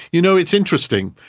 you know, it's interesting,